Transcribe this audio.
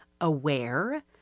aware